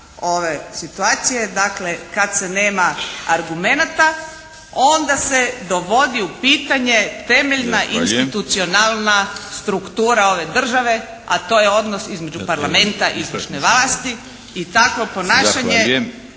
ove situacije. Dakle, kad se nema argumenata onda se dovodi u pitanje temeljna institucionalna struktura ove države, a to je odnos između Parlamenta i izvršne vlasti. **Milinović,